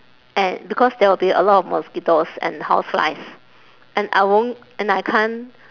and because there will be a lot of mosquitoes and houseflies and I won't and I can't